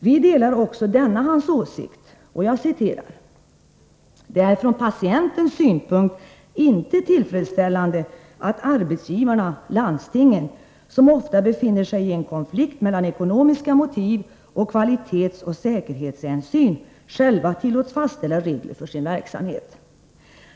Vi delar också denna hans uppfattning: ”Det är från patientens synpunkt inte tillfredsställande, att arbetsgivarna/ landstingen, som ofta befinner sig i en konflikt mellan ekonomiska motiv och kvalitetsoch säkerhetshänsyn, själva tillåts fastställa regler för sin verksamhet.